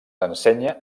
ensenya